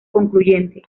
concluyente